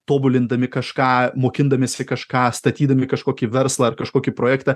tobulindami kažką mokindamiesi kažką statydami kažkokį verslą ar kažkokį projektą